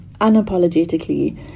unapologetically